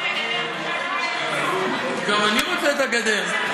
רוצה בגדר, גם אני רוצה את הגדר.